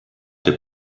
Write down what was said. der